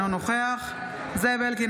אינו נוכח זאב אלקין,